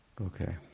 Okay